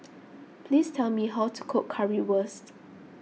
please tell me how to cook Currywurst